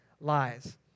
lies